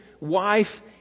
wife